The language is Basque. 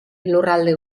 lurralde